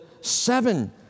seven